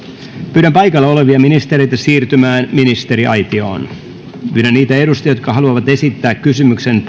pyydän paikalla olevia ministereitä siirtymään ministeriaitioon pyydän niitä edustajia jotka haluavat esittää kysymyksen